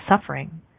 suffering